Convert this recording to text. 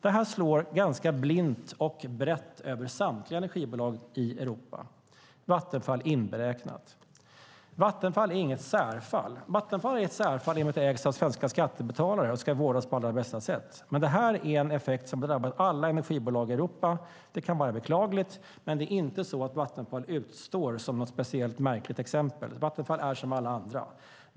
Det slår ganska blint och brett över samtliga energibolag i Europa, Vattenfall inräknat. Vattenfall är där inget särfall. Vattenfall är ett särfall såtillvida att det ägs av svenska skattebetalare och ska vårdas på allra bästa sätt. Effekterna av lågkonjunkturen drabbar alla energibolag i Europa. Det kan vara beklagligt, men Vattenfall står inte ut som något speciellt och märkligt exempel. Vattenfall är som alla andra.